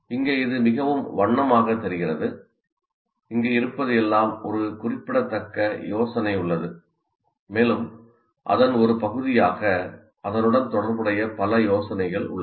இங்கே இது மிகவும் வண்ணமாக தெரிகிறது இங்கே இருப்பது எல்லாம் ஒரு குறிப்பிடத்தக்க யோசனை உள்ளது மேலும் அதன் ஒரு பகுதியாக அதனுடன் தொடர்புடைய பல யோசனைகள் உள்ளன